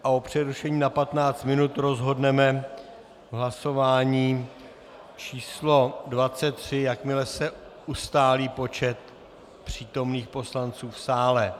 O přerušení na 15 minut rozhodneme v hlasování pořadové číslo 23, jakmile se ustálí počet přítomných poslanců v sále.